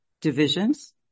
divisions